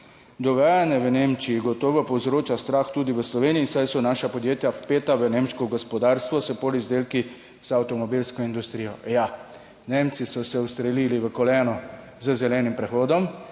Dogajanje v Nemčiji gotovo povzroča strah tudi v Sloveniji, saj so naša podjetja vpeta v nemško gospodarstvo s polizdelki za avtomobilsko industrijo. Ja, Nemci so se ustrelili v koleno z zelenim prehodom